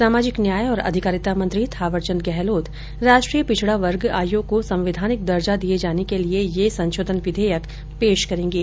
सामाजिक न्याय और आधिकारिता मंत्री थावरचंद गहलोत राष्ट्रीय पिछड़ा वर्ग आयोग को संवैधानिक दर्जा दिये जाने के लिए यह संशोधन विधेयक पेश करेंगे